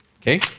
Okay